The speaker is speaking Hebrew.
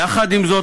יחד עם זאת,